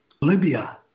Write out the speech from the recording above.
Libya